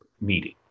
meeting